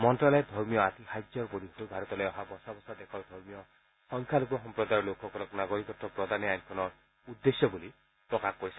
মন্ত্যালয়ে ধৰ্মীয় আতিশায্যৰ বলী হৈ ভাৰতলৈ অহা বছা বছা দেশৰ ধৰ্মীয় সংখ্যালঘু সম্প্ৰদায়ৰ লোকসকলক নাগৰিকত্ব প্ৰদানেই আইনখনৰ উদ্দেশ্য বুলি প্ৰকাশ কৰিছে